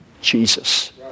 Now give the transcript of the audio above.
Jesus